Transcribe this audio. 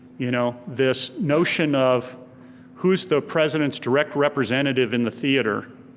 you know this notion of who's the president's direct representative in the theater?